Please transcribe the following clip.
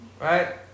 right